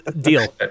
Deal